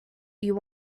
you